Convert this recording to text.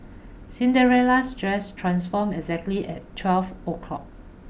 Cinderella's dress transformed exactly at twelve O clock